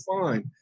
fine